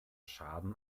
schaden